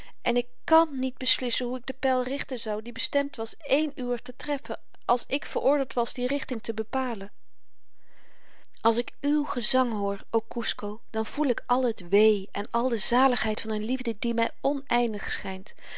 en ik kàn niet beslissen hoe ik den pyl richten zou die bestemd was één uwer te treffen als ik veroordeeld was die richting te bepalen als ik uw gezang hoor o kusco dan voel ik al t wee en al de zaligheid van n liefde die my oneindig schynt